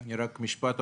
רק משפט,